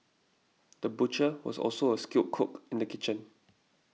the butcher was also a skilled cook in the kitchen